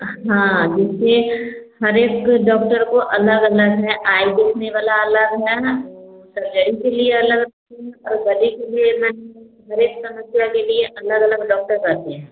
हाँ जिससे हर एक डॉक्टर को अलग अलग है आइ देखने वाला अलग है ना सर्जरी के लिए अलग और बडी के लिए हर एक समस्या के लिए अलग अलग डॉक्टर रहते हैं